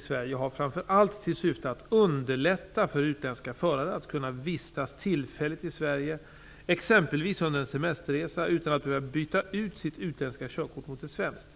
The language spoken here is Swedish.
Sverige har framför allt till syfte att underlätta för utländska förare att kunna vistas tillfälligt i Sverige exempelvis under en semesterresa utan att behöva byta ut sitt utländska körkort mot ett svenskt.